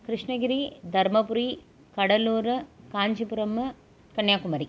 Krishnagiri Dharmapuri Cuddalore Kanchipuram Kanyakumari